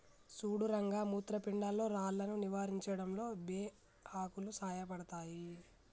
సుడు రంగ మూత్రపిండాల్లో రాళ్లను నివారించడంలో బే ఆకులు సాయపడతాయి